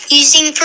using